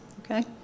okay